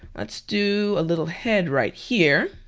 let's do a little head right here.